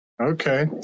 Okay